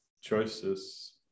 choices